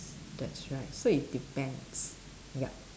that's right so it depends yup